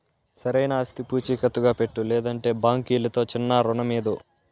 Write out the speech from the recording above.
సరైన ఆస్తి పూచీకత్తుగా పెట్టు, లేకంటే బాంకీలుతో చిన్నా రుణమీదు